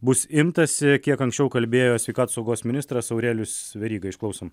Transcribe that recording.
bus imtasi kiek anksčiau kalbėjosveikatos saugos ministras aurelijus veryga išklausom